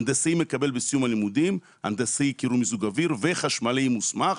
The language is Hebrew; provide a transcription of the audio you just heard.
הנדסאי מקבל בסיום הלימודים הנדסאי קירור ומיזוג אוויר וחשמלאי מוסמך,